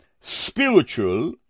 spiritual